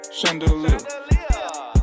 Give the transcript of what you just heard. Chandelier